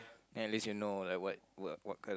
then at least you know like what what what kind of